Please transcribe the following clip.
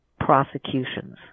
prosecutions